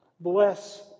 Bless